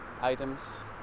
items